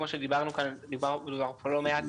כמו שדיברנו כאן לא מעט,